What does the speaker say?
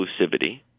exclusivity